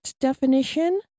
definition